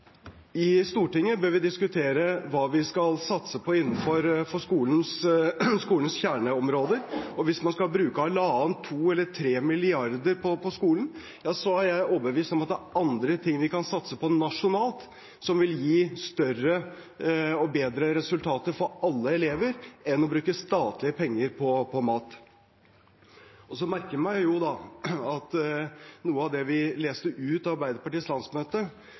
I Stortinget bør vi diskutere hva vi skal satse på innenfor skolens kjerneområder, og hvis man skal bruke 1, 5, 2 eller 3 mrd. kr på skolen, er jeg overbevist om at det er andre ting vi kan satse på nasjonalt som vil gi større og bedre resultater for alle elever, enn å bruke statlige penger på mat. Og så merker jeg meg jo at noe av det vi leste ut av Arbeiderpartiets landsmøte,